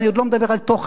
ואני לא מדבר על תוכן,